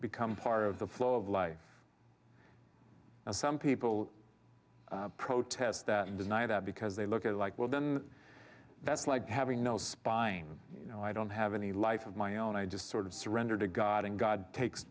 become part of the flow of life and some people protest that and deny that because they look at it like well then that's like having no spine no i don't have any life of my own i just sort of surrender to god and god takes